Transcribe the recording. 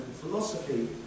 philosophy